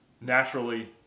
naturally